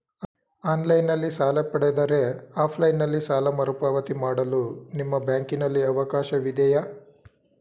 Online ನಲ್ಲಿ ಸಾಲ ಪಡೆದರೆ ಆಫ್ಲೈನ್ ನಲ್ಲಿ ಸಾಲ ಮರುಪಾವತಿ ಮಾಡಲು ನಿಮ್ಮ ಬ್ಯಾಂಕಿನಲ್ಲಿ ಅವಕಾಶವಿದೆಯಾ?